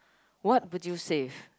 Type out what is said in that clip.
what would you save